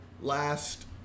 last